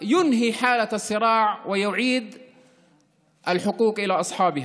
שיסיים את מצב הסכסוך וישיב את הזכויות לבעליהן.